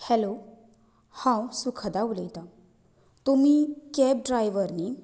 hello हांव सुखदा उलयतां तुमी कॅब ड्रायवर न्ही